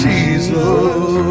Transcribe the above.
Jesus